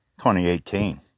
2018